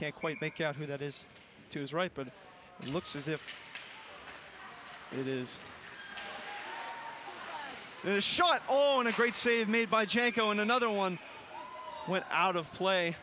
can't quite make out who that is to his right but it looks as if it is the short own a great save made by janko and another one went out of play